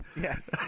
Yes